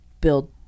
build